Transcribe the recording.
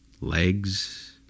legs